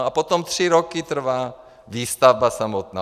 A potom tři roky trvá výstavba samotná.